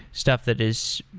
stuff that is